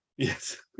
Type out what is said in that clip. Yes